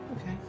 Okay